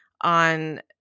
on